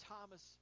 Thomas